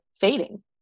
fading